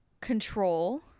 control